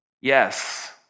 Yes